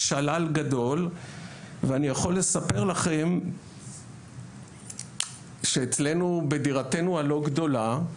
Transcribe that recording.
שלל גדול ואני יכול לספר לכם שאצלנו בדירתנו הלא גדולה,